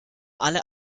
alle